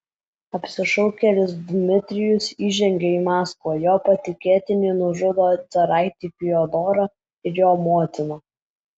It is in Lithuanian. apsišaukėlis dmitrijus įžengia į maskvą jo patikėtiniai nužudo caraitį fiodorą ir jo motiną